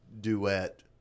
duet